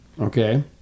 Okay